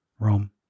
Rome